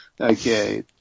Okay